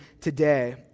today